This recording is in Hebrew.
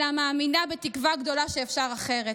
אלא מאמינה בתקווה גדולה שאפשר אחרת.